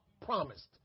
promised